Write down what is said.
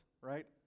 right